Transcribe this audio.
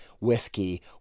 whiskey